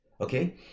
Okay